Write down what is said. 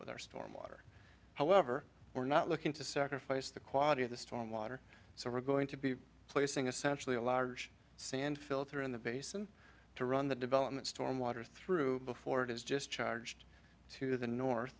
with our storm water however we're not looking to sacrifice the quality of the storm water so we're going to be placing a centrally a large sand filter in the basin to run the development stormwater through before it is just charged to the north